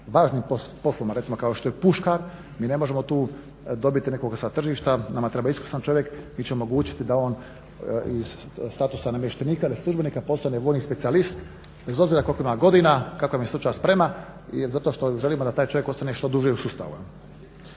važnim poslovima recimo kao što je puškar mi ne možemo tu dobiti nekoga sa tržišta, nama treba iskusan čovjek. Mi ćemo omogućiti da on iz statusa namještenika ili službenika postane vojni specijalist bez obzira koliko ima godina, kakva mu je stručna sprema zato što želimo da taj čovjek ostane što duže u sustavu